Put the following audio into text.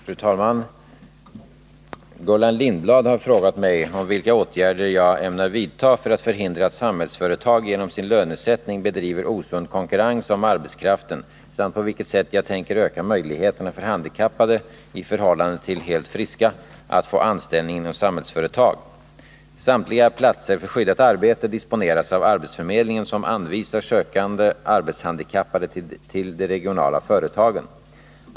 Fru talman! Gullan Lindblad har frågat mig om vilka åtgärder jag ämnar vidta för att förhindra att Samhällsföretag genom sin lönesättning bedriver osund konkurrens om arbetskraften samt på vilket sätt jag tänker öka möjligheterna för handikappade — i förhållande till helt friska — att få anställning inom Samhällsföretag. Samtliga platser för skyddat arbete disponeras av arbetsförmedlingen som anvisar sökande arbetshandikappade till de regionala företagen.